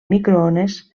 microones